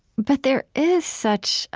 but there is such